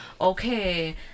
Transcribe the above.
okay